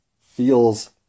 feels